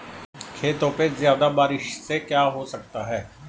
खेतों पे ज्यादा बारिश से क्या हो सकता है?